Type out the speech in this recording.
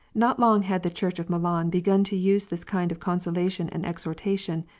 not long had the church of milan begun to use this kind of consolation and exhortation,